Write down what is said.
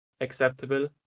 acceptable